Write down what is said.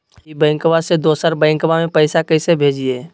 ई बैंकबा से दोसर बैंकबा में पैसा कैसे भेजिए?